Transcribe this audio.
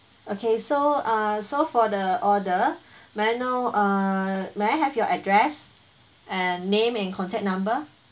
okay so uh so for the order may I know uh may I have your address and name and contact number